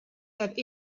have